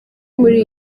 muri